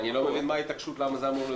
אני לא מבין מה ההתעקשות למה זה אמור להיות